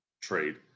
trade